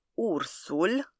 Ursul